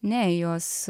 ne jos